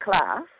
class